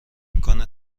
امکان